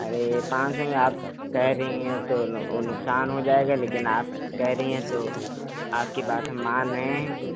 अरे पाँच सौ में आप कह रही हैं तो नुक़सान हो जाएगा लेकिन आप कह रही हैं तो आपकी बात हम मान रहे हैं